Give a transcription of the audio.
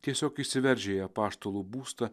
tiesiog įsiveržė į apaštalų būstą